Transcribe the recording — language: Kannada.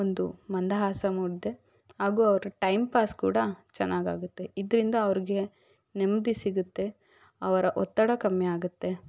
ಒಂದು ಮಂದಹಾಸ ಮೂಡಿದೆ ಹಾಗೂ ಅವರ ಟೈಮ್ ಪಾಸ್ ಕೂಡ ಚೆನ್ನಾಗಾಗತ್ತೆ ಇದರಿಂದ ಅವರಿಗೆ ನೆಮ್ಮದಿ ಸಿಗತ್ತೆ ಅವರ ಒತ್ತಡ ಕಮ್ಮಿಯಾಗತ್ತೆ